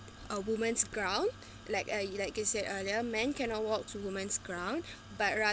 a woman's ground like uh like you said earlier man cannot walk to women's ground but rather